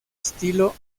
estilo